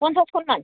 পঞ্চাছখন মান